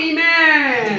Amen